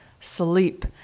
sleep